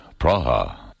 Praha